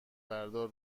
بردار